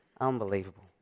unbelievable